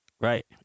Right